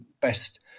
best